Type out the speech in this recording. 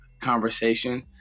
conversation